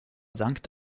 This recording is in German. sankt